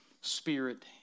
spirit